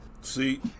See